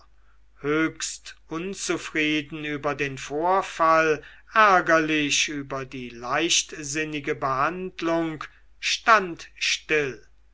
höchst unzufrieden über den vorfall ärgerlich über die leichtsinnige behandlung stand still